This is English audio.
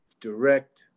direct